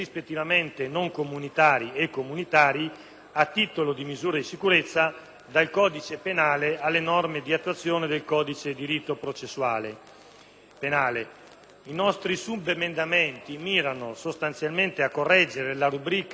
a titolo di misura di sicurezza dal codice penale alle norme di attuazione del codice di rito processuale penale. I nostri subemendamenti mirano a correggere la rubrica dell'articolo 183-*ter*